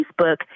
Facebook